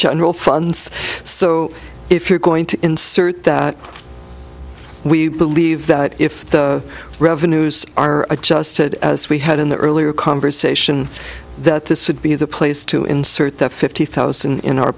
general funds so if you're going to insert that we believe that if the revenues are adjusted as we had in the earlier conversation that this would be the place to insert the fifty thousand in our